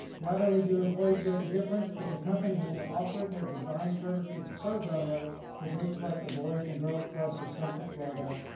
not only do employees make a difference but the company has offered their design services pro bono to groups like the boys and girls clubs of central florida.